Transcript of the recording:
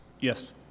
Yes